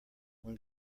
when